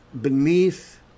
beneath